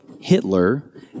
Hitler